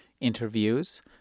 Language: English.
interviews